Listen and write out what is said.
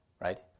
right